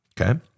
Okay